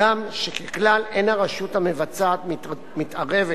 הגם שככלל אין הרשות המבצעת מתערבת